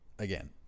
Again